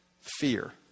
Fear